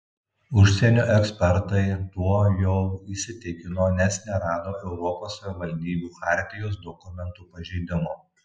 užsienio ekspertai tuo jau įsitikino nes nerado europos savivaldybių chartijos dokumentų pažeidimų